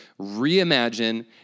reimagine